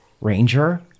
ranger